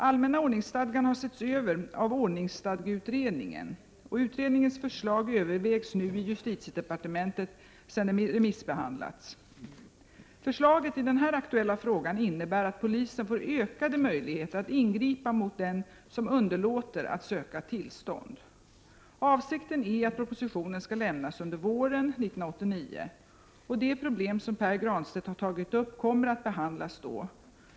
Allmänna ordningsstadgan har setts över av ordningsstadgeutredningen. Utredningens förslag övervägs nu i justitiedepartementet sedan det remissbehandlats. Förslaget i den här aktuella frågan innebär att polisen får ökade möjligheter att ingripa mot den som underlåter att söka tillstånd. Avsikten är att en proposition skall lämnas under våren 1989, och det problem som Pär Granstedt har tagit upp kommer att behandlas då.